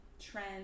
trend